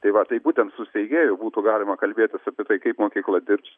tai va tai būtent su steigėju būtų galima kalbėtis apie tai kaip mokykla dirbs